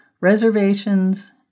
reservations